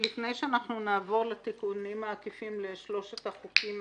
לפני שנעבור לתיקונים העקיפים לשלושת החוקים